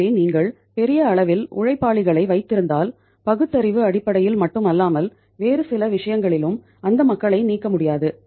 ஆகவே நீங்கள் பெரிய அளவில் உழைப்பாளிகளை வைத்திருந்தால் பகுத்தறிவு அடிப்படையில் மட்டும் அல்லாமல் வேறு சில விஷயங்களிலும் அந்த மக்களை நீக்க முடியாது